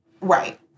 right